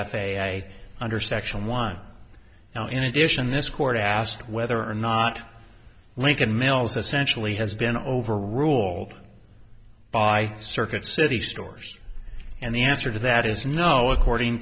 a under section one now in addition this court asked whether or not lincoln mills essentially has been overruled by circuit city stores and the answer to that is no according